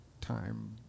time